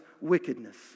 wickedness